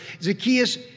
Zacchaeus